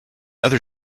other